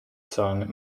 song